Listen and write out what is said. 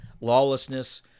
lawlessness